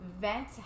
Vent